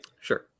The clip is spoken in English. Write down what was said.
Sure